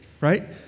right